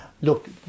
Look